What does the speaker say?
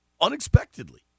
unexpectedly